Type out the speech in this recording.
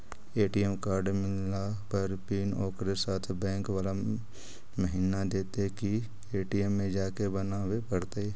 ATM card मिलला पर pin ओकरे साथे बैक बाला महिना देतै कि ए.टी.एम में जाके बना बे पड़तै?